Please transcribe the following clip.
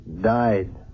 died